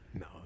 No